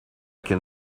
can